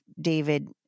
David